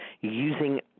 using